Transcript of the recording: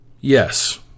Yes